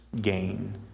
gain